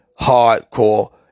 hardcore